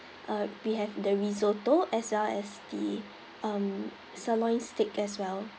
uh we have the risotto as well as the um sirloin steak as well